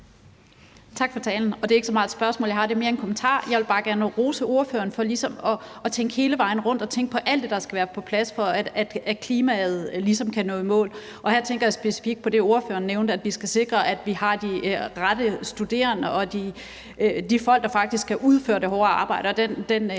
Tak for talen. Det er ikke så meget et spørgsmål, jeg har; det er mere en kommentar. Jeg vil bare gerne rose ordføreren for ligesom at tænke hele vejen rundt og tænke på alt det, der skal være på plads, for at vi ligesom kan nå i mål med klimaet. Her tænker jeg specifikt på det, ordføreren nævnte, nemlig at vi skal sikre, at vi har de rette studerende og de folk, der faktisk kan udføre det hårde arbejde.